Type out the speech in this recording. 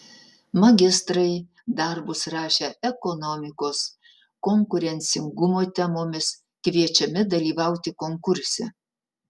magistrai darbus rašę ekonomikos konkurencingumo temomis kviečiami dalyvauti konkurse